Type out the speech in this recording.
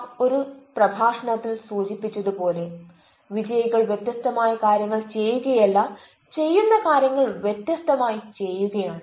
Sawaf ഒരു പ്രഭാഷണത്തിൽ സൂചിപ്പിച്ചത് പോലെ "വിജയികൾ വ്യതസ്തമായ കാര്യങ്ങൾ ചെയ്യുകയല്ല ചെയ്യുന്ന കാര്യങ്ങൾ വ്യത്യസ്തമായി ചെയ്യുകയാണ്"